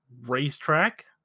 racetrack